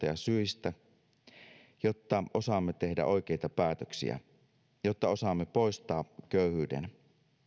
ja syistä jotta osaamme tehdä oikeita päätöksiä jotta osaamme poistaa köyhyyden